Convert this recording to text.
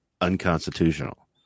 unconstitutional